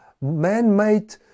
man-made